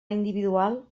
individual